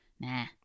Nah